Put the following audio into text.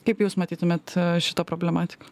kaip jūs matytumėt šitą problematiką